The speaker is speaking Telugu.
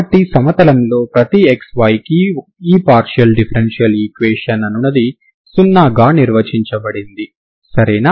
కాబట్టి సమతలంలో ప్రతి xyకి ఈ పార్షియల్ డిఫరెన్షియల్ ఈక్వేషన్ అనునది 0 గా నిర్వచించబడింది సరేనా